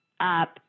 up